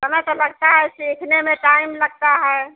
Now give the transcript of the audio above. समय तो लगता है सीखने में टाइम लगता है